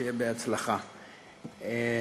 שיהיה בהצלחה.